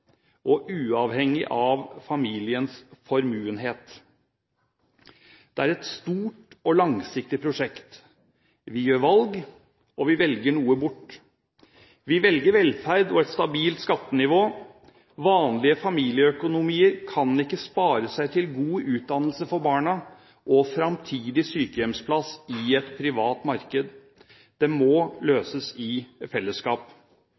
og uavhengig av om familien er formuende. Det er et stort og langsiktig prosjekt. Vi gjør valg, og vi velger noe bort. Vi velger velferd og et stabilt skattenivå. Vanlige familieøkonomier kan ikke spare seg til god utdannelse for barna og framtidig sykehjemsplass i et privat marked. Det må løses i fellesskap.